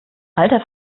alter